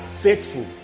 faithful